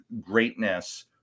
greatness